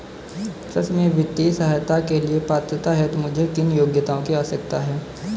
कृषि में वित्तीय सहायता के लिए पात्रता हेतु मुझे किन योग्यताओं की आवश्यकता है?